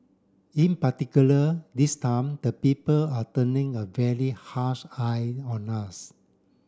in particular this time the people are turning a very harsh eye on us